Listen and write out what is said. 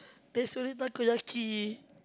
there's only Takoyaki